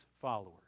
followers